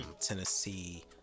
tennessee